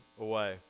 away